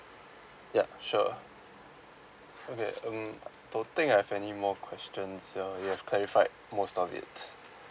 yup sure okay um I don't think I have any more questions uh you have clarified most of it